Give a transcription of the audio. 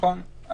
נכון.